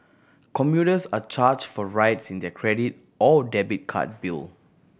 commuters are charged for rides in their credit or debit card bill